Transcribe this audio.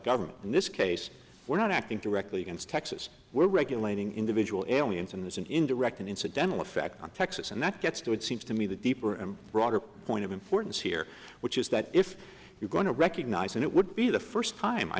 government in this case we're not acting directly against texas we're regulating individual allianz and there's an indirect and incidental effect on texas and that gets to it seems to me the deeper and broader point of informants here which is that if you're going to recognize and it would be the first time i